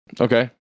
Okay